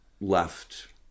left